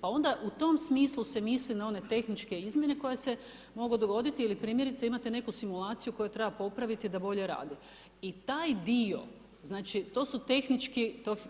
Pa onda u tom smislu se onda misli na one tehničke izmjene koje se mogu dogoditi ili primjerice imate neku simulaciju koja treba popraviti da bolje radi, i taj dio znači, to su